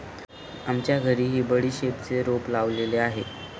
आमच्या घरीही बडीशेपचे रोप लावलेले आहे